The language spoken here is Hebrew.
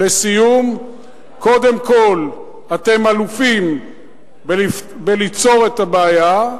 לסיום: קודם כול, אתם אלופים בליצור את הבעיה,